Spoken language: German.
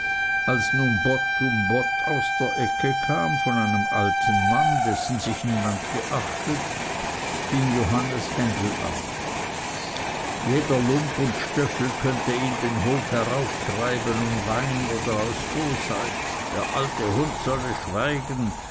als nun bott um bott aus der ecke kam von einem alten mann dessen sich niemand geachtet fing johannes händel an jeder lump und stöffel könnte ihm den hof herauftreiben um wein oder aus bosheit der alte hund solle schweigen